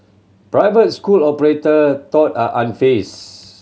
private school operator though are unfazed